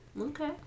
Okay